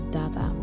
data